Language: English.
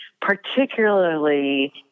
particularly